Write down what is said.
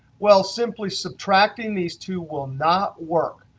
well, simply subtracting these two will not work.